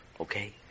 okay